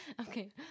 Okay